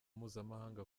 mpuzamahanga